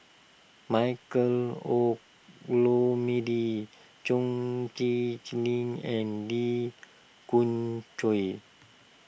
Michael Olcomendy Chong Tze and Lee Khoon Choy